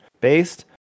based